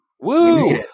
Woo